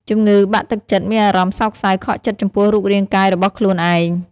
ជំងឺបាក់ទឹកចិត្តមានអារម្មណ៍សោកសៅ ខកចិត្តចំពោះរូបរាងកាយរបស់ខ្លួនឯង។